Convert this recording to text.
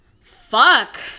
Fuck